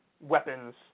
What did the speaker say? weapons